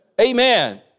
Amen